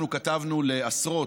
אנחנו כתבנו לעשרות,